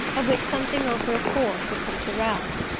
of which something over a fourth would come to ralph.